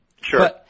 Sure